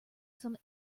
some